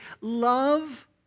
love